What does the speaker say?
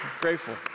Grateful